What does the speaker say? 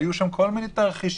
והיו שם כל מיני תרחישים,